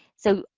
so,